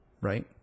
right